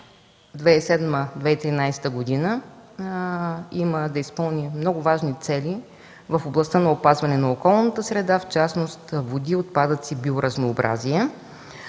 2007-2013 г., има да изпълни много важни цели в областта на опазването на околната среда в частност „Води, отпадъци и биоразнообразие”,